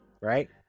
right